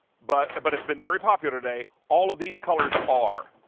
but but it's been very popular today. all of these colors are.